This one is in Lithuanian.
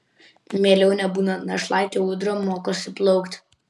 mieliau nebūna našlaitė ūdra mokosi plaukti